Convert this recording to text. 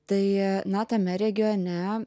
tai na tame regione